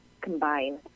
combine